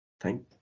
thank